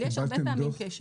אבל יש הרבה פעמים קשב.